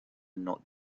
not